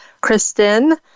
Kristen